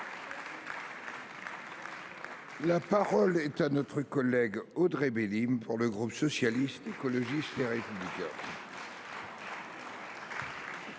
La parole est à Mme Audrey Bélim, pour le groupe Socialiste, Écologiste et Républicain.